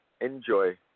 enjoy